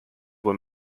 were